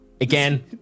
again